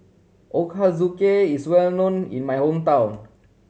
ochazuke is well known in my hometown